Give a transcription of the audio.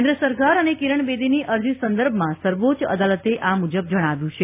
કેન્દ્ર સરકાર અને કિરણ બેદીની અરજી સંદર્ભમાં સર્વોચ્ચ અદાલતે આ મુજબ જણાવ્યું છે